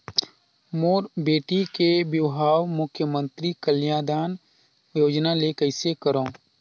मोर बेटी के बिहाव मुख्यमंतरी कन्यादान योजना ले कइसे करव?